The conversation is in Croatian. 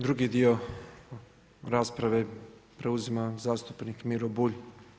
Drugi dio rasprave preuzima zastupnik Miro Bulj.